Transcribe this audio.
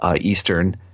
Eastern